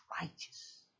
righteous